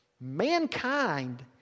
Mankind